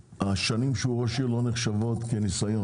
השנים שהוא ראש עיר לא נחשבות כניסיון,